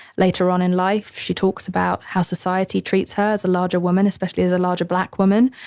later on in life, she talks about how society treats her as a larger woman, especially as a larger black woman.